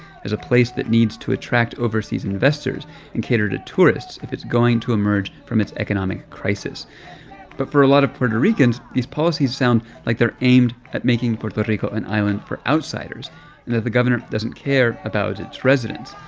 as a place that needs to attract overseas investors and cater to tourists if it's going to emerge from its economic crisis but for a lot of puerto ricans, these policies sound like they're aimed at making puerto rico an island for outsiders and that the governor doesn't care about its residents.